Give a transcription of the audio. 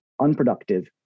unproductive